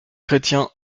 chrétiens